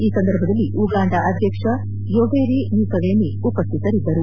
ಈ ಸಂದರ್ಭದಲ್ಲಿ ಉಗಾಂಡ ಅಧ್ಯಕ್ಷ ಯೊವೆರಿ ಮ್ಲೂಸೆವೆನಿ ಉಪಸ್ಥಿತರಿದ್ದರು